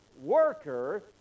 worker